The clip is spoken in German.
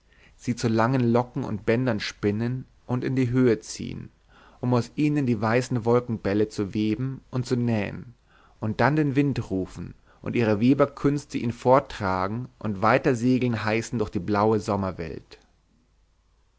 sie zu langen locken und bändern spinnen und in die höhe ziehen um aus ihnen die weißen wolkenbälle zu weben und zu nähen und dann den wind rufen und ihre weberkünste ihn forttragen und weitersegeln heißen durch die blaue sommerwelt